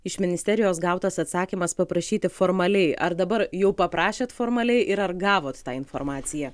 iš ministerijos gautas atsakymas paprašyti formaliai ar dabar jau paprašėt formaliai ir ar gavot tą informaciją